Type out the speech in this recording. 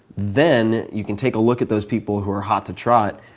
then you can take a look at those people who are hot to trot,